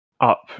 up